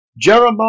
Jeremiah